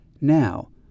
Now